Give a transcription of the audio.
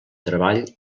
treball